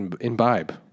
Imbibe